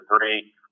three